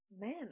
man